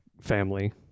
family